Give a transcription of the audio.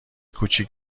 کوچیک